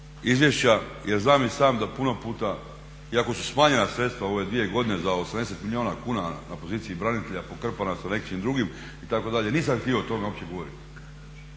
izvješća jer znam i sam da puno puta iako su smanjena sredstva u ove dvije godine za 80 milijuna kuna na poziciji branitelja pokrpana sa nečim drugim itd., nisam htio o tome uopće govoriti.